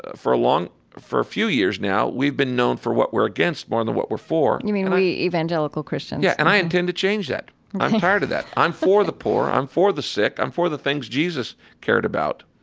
ah for a long for a few years now, we've been known for what we're against more than what we're for you mean, we evangelical christians? yeah. and i intend to change that ok i'm tired of that. i'm for the poor. i'm for the sick. i'm for the things jesus cared about